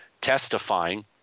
testifying